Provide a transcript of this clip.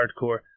hardcore